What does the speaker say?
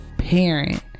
parent